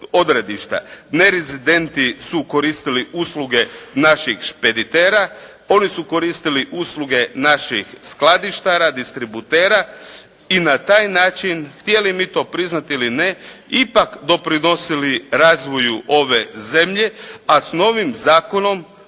Nerezidendi su koristili usluge naših špeditera, oni su koristili usluge naših skladištara, distributera i na taj način, htjeli mi to priznati ili ne ipak doprinosili razvoju ove zemlje, a s novim zakonom